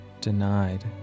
denied